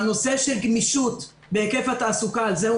הנושא של גמישות בהיקף התעסוקה, על זה הוא